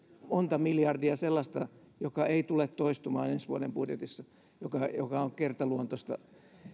on monta miljardia sellaista joka ei tule toistumaan ensi vuoden budjetissa joka joka on kertaluontoista